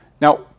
Now